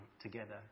together